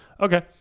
Okay